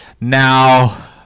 Now